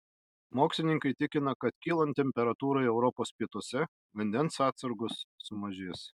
mokslininkai tikina kad kylant temperatūrai europos pietuose vandens atsargos sumažės